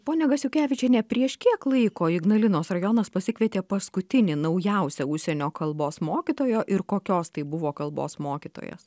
ponia gasiukevičienė prieš kiek laiko ignalinos rajonas pasikvietė paskutinį naujausią užsienio kalbos mokytojo ir kokios tai buvo kalbos mokytojas